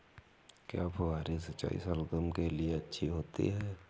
क्या फुहारी सिंचाई शलगम के लिए अच्छी होती है?